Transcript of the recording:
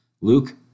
Luke